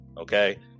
okay